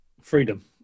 Freedom